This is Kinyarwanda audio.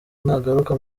nagaruka